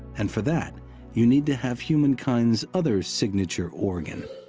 and for that you need to have humankind's other signature organ,